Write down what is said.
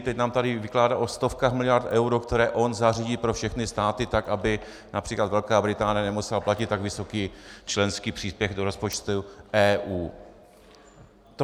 Teď nám tady vykládá o stovkách miliard eur, které zařídí pro všechny státy tak, aby například Velká Británie nemusela platit tak vysoký členský příspěvek do rozpočtu EU.